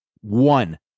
One